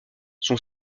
son